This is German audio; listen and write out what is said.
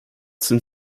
sind